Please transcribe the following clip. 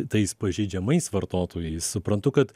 tais pažeidžiamais vartotojais suprantu kad